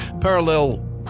parallel